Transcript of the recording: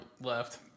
left